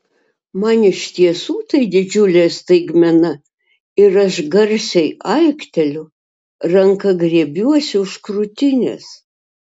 man iš tiesų tai didžiulė staigmena ir aš garsiai aikteliu ranka griebiuosi už krūtinės